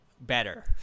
better